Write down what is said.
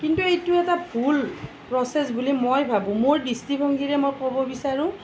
কিন্তু এইটো এটা ভুল প্ৰচেছ বুলি মই ভাবোঁ মোৰ দৃষ্টিভংগীৰে মই ক'ব বিচাৰো